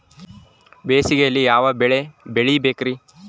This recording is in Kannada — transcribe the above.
ಬೇಸಿಗೆಯಲ್ಲಿ ಯಾವ ಬೆಳೆ ಬೆಳಿಬೇಕ್ರಿ?